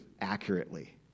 accurately